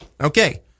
Okay